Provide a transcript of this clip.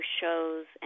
shows